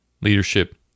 leadership